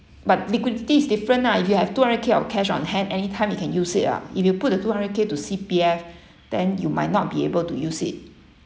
but liquidity is different lah you have two hundred K of cash on hand anytime you can use it ah if you put the two hundred K to C_P_F then you might not be able to use it